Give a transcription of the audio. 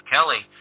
Kelly